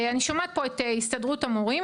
אני שומעת פה את הסתדרות המורים,